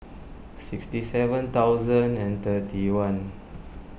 sixty seven thousand and thirty one